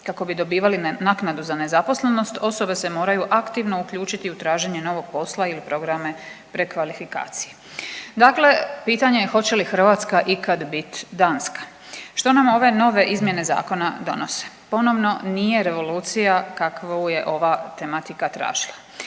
kako bi dobivale naknadu za nezaposlenost osobe se moraju aktivno uključiti u traženje novog posla ili programe prekvalifikacije. Dakle pitanje je hoće li Hrvatska ikad bit Danska? Što nam ove nove izmjene zakona donose? Ponovno, nije revolucija kakvu je ova tematika tražila.